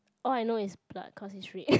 all I know is blood cause it's red